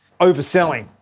overselling